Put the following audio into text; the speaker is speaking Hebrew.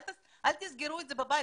אל תסגרו את זה בבית.